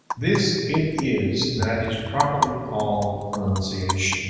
this it is that is popularly called pronunciation.